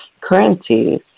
currencies